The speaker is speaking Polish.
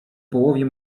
połowie